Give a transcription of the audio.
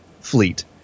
fleet